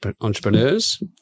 Entrepreneurs